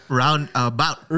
roundabout